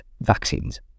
vaccines